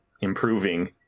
improving